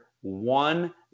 one